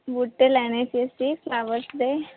ਬੂਟੇ ਲੈਣੇ ਸੀ ਅਸੀਂ ਫਲਾਵਰਸ ਦੇ